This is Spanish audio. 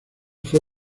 fue